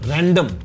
Random